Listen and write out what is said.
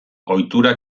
ohitura